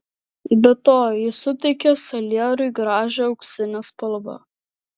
be to ji suteikia salierui gražią auksinę spalvą